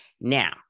Now